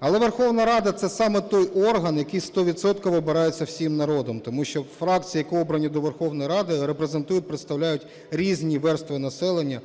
Але Верховна Рада - це саме той орган, який 100-відсотково обирається всім народом, тому що фракції, які обрані до Верховної Ради, репрезентують, представляють різні верстви населення,